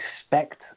expect